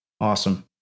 Awesome